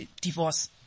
divorce